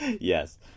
Yes